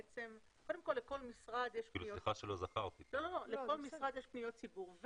קודם כל, לכל משרד יש מחלקת פניות ציבור.